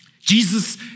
Jesus